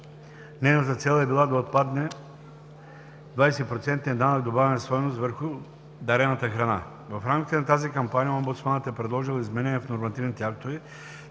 Нейната цел е била да отпадне 20-процентният данък добавена стойност върху дарената храна. В рамките на тази кампания омбудсманът е предложил изменение в нормативните актове,